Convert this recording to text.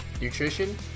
nutrition